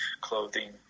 clothing